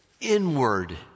inward